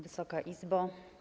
Wysoka Izbo!